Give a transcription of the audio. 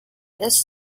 this